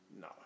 no